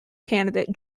candidate